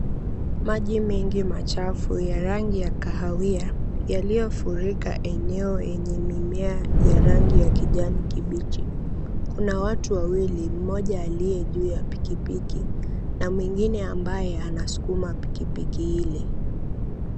Maji mengi machafu ya rangi ya kahawia yaliyofurika eneo yenye mimea ya rangi ya kijani kibichi. Kuna watu wawili, mmoja aliye juu ya pikipiki na mwingine ambaye anaskuma pikipiki ile.